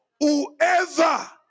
Whoever